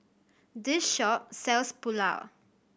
this shop sells Pulao